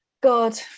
God